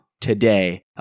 today